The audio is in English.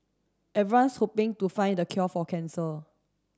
everyone's hoping to find the cure for cancer